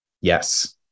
Yes